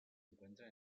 encuentra